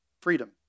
Freedom